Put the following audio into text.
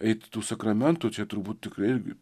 eit tų sakramentų čia turbūt tikrai irgi